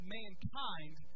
mankind